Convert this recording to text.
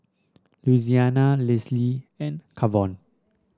Louisiana Lesly and Kavon